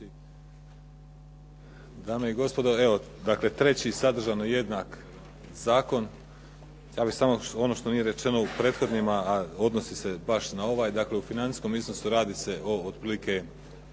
Dame i gospodo, evo dakle treći sadržajno jednak zakon. Ja bih samo ono što nije rečeno u prethodnima a odnosi se baš na ovaj. Dakle, u financijskom iznosu radi se o otprilike